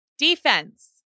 Defense